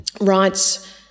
writes